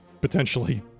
potentially